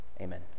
amen